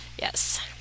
yes